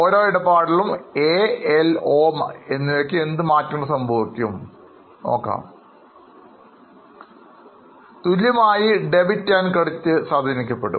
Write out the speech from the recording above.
ഓരോ ഇടപാടിലും A L O മാറ്റങ്ങൾ സംഭവിക്കും തുല്യമായി debit credit സ്വാധീനിക്കും